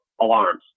alarms